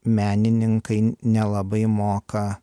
menininkai nelabai moka